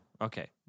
Okay